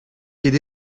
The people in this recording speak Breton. ket